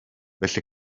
felly